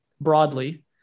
broadly